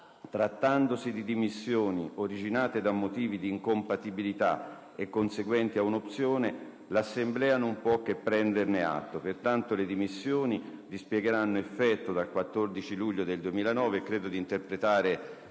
Trattandosi di dimissioni originate da motivi di incompatibilità e conseguenti ad un'opzione, l'Assemblea non può che prenderne atto. Pertanto le dimissioni dispiegheranno effetto dal 14 luglio 2009. Credo di interpretare